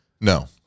no